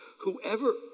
Whoever